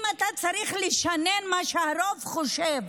אם אתה צריך לשנן מה שהרוב חושב,